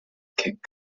kick